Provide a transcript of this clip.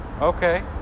okay